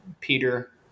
Peter